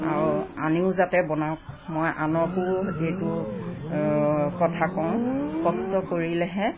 আৰু আনেও যাতে বনাওক মই আনকো এইটো কথা কওঁ কষ্ট কৰিলেহে